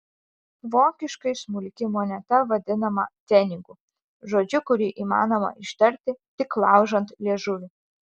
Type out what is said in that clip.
vokiškai smulki moneta vadinama pfenigu žodžiu kurį įmanoma ištarti tik laužant liežuvį